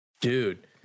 Dude